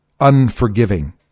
unforgiving